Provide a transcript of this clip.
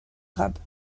arabes